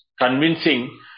convincing